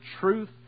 truth